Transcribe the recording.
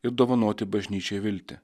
ir dovanoti bažnyčiai viltį